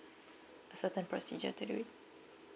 certain procedure to do it